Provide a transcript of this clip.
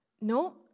no